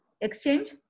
Exchange